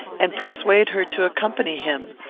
and persuade her to accompany him?